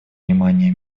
внимание